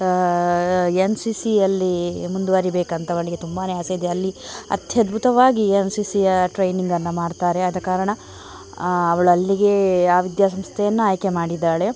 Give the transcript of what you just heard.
N C C ಯಲ್ಲಿ ಮುಂದುವರಿಬೇಕಂತ ಅವಳಿಗೆ ತುಂಬಾ ಆಸೆ ಇದೆ ಅಲ್ಲಿ ಅತ್ಯದ್ಭುತವಾಗಿ ಎನ್ ಸಿ ಸಿಯ ಟ್ರೈನಿಂಗನ್ನು ಮಾಡ್ತಾರೆ ಆದ ಕಾರಣ ಅವಳು ಅಲ್ಲಿಗೆ ಆ ವಿದ್ಯಾ ಸಂಸ್ಥೆಯನ್ನು ಆಯ್ಕೆ ಮಾಡಿದ್ದಾಳೆ